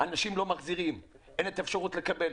אנשים לא מחזירים, אין אפשרות לקבל.